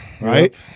Right